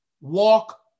walk